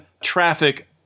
traffic